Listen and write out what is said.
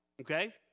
okay